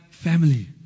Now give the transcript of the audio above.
family